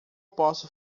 posso